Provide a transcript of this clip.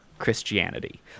Christianity